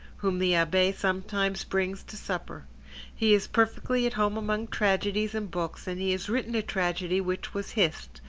whom the abbe sometimes brings to supper he is perfectly at home among tragedies and books, and he has written a tragedy which was hissed,